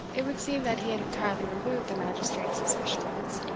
it would seem that he had entirely removed that magistrate's suspicions,